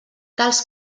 tals